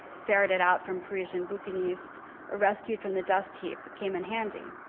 ferreted out from parisian bouquinistes or rescued from the dustheap, came in handy.